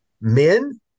Men